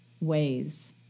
ways